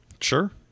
Sure